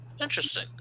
Interesting